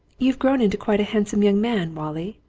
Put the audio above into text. you've grown into quite a handsome young man, wallie!